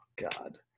God